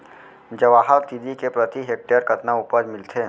जवाहर तिलि के प्रति हेक्टेयर कतना उपज मिलथे?